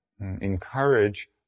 encourage